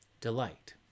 delight